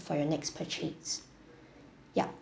for your next purchase yup